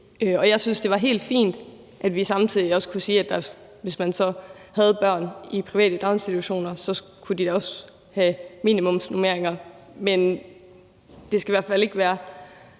Jeg synes, det var helt fint, hvis vi samtidig også kunne sige, at hvis man havde børn i private daginstitutioner, kunne de da også have minimumsnormeringer, men det skal i hvert fald ikke være